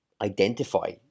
identify